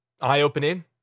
eye-opening